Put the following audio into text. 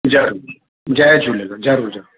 ज़रूरु जय झूलेलाल ज़रूरु ज़रूरु